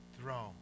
throne